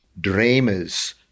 Dreamers